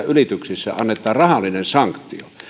ylityksistä annetaan rahallinen sanktio